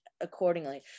accordingly